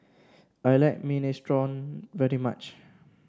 I like Minestrone very much